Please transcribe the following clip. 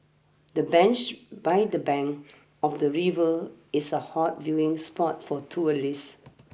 the bench by the bank of the river is a hot viewing spot for tourists